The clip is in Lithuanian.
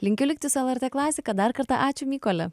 linkiu likti su lrt klasika dar kartą ačiū mykole